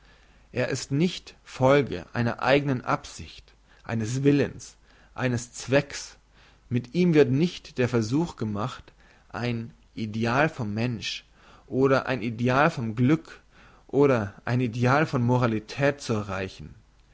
er ist nicht die folge einer eignen absicht eines willens eines zwecks mit ihm wird nicht der versuch gemacht ein ideal von mensch oder ein ideal von glück oder ein ideal von moralität zu erreichen